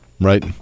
Right